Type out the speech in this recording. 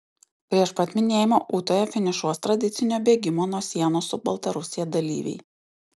prieš pat minėjimą ūtoje finišuos tradicinio bėgimo nuo sienos su baltarusija dalyviai